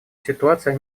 ситуация